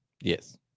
Yes